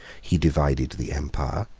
he divided the empire,